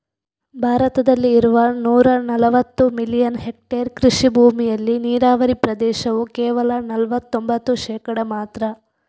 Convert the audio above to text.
ಭಾರತದಲ್ಲಿ ಇರುವ ನೂರಾ ನಲವತ್ತು ಮಿಲಿಯನ್ ಹೆಕ್ಟೇರ್ ಕೃಷಿ ಭೂಮಿಯಲ್ಲಿ ನೀರಾವರಿ ಪ್ರದೇಶವು ಕೇವಲ ನಲವತ್ತೊಂಭತ್ತು ಶೇಕಡಾ ಮಾತ್ರ